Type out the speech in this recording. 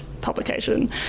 publication